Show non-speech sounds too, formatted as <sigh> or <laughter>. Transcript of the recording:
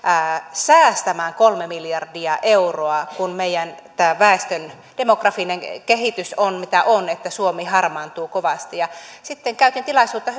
säästämään kolme miljardia euroa kun meidän väestön demografinen kehitys on mitä on että suomi harmaantuu kovasti sitten käytin tilaisuutta <unintelligible>